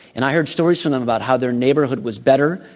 and i heard stories from them about how their neighborhood was better,